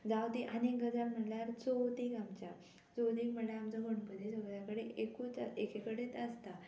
जावं ती आनीक गजाल म्हणल्यार चवथीक आमच्या चवथीक म्हणल्यार आमचो गणपती सगळ्या कडेन एकूच एकेकडेच आसता